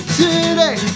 today